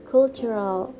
Cultural